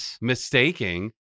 mistaking